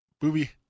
Booby